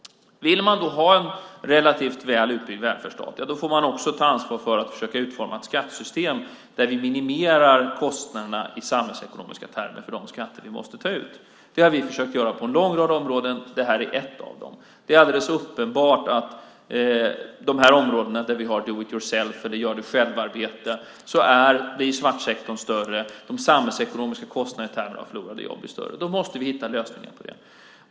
Vill man ha en relativt väl utbyggd välfärdsstat får man också ta ansvar för att försöka utforma ett skattesystem där vi minimerar kostnaderna i samhällsekonomiska termer för de skatter som vi måste ta ut. Det har vi försökt att göra på en lång rad områden, och detta är ett av dem. Det är alldeles uppenbart att på de områden där vi har do-it-yourself, eller gör-det-självarbete, blir svartsektorn större, och de samhällsekonomiska kostnaderna i termer förlorade jobb blir större. Då måste vi hitta lösningar på det.